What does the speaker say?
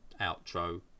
outro